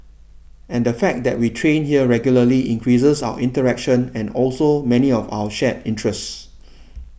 and the fact that we train here regularly increases our interaction and also many of our shared interests